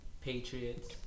Patriots